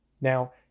Now